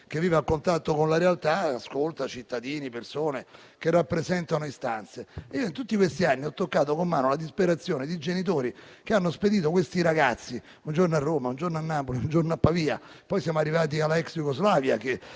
che vive a contatto con la realtà ascolta cittadini, persone che rappresentano istanze. In tutti questi anni ho toccato con mano la disperazione di genitori che hanno spedito questi ragazzi un giorno a Roma, un giorno a Napoli, un giorno a Pavia, poi siamo arrivati alla ex Jugoslavia che